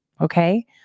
okay